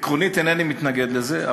עקרונית איני מתנגד לזה,